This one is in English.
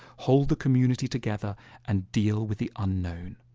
hold the community together and deal with the unknown.